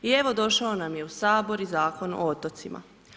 I evo došao nam je u Sabor i Zakon o otocima.